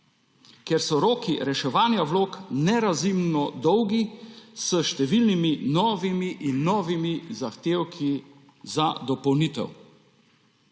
ker so roki reševanja vlog nerazumno dolgi, s številnimi novimi in novimi zahtevki za dopolnitev.